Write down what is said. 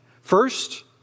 First